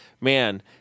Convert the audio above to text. man